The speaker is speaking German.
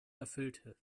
erfüllte